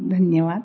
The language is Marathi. धन्यवाद